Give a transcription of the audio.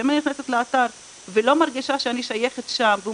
אם אני נכנסת לאתר ולא מרגישה שאני שייכת שם והוא